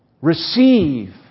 Receive